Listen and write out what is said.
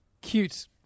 cute